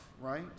right